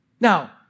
Now